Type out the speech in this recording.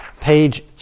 page